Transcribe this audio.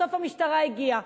בסוף המשטרה הגיעה.